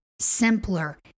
simpler